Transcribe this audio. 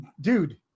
dude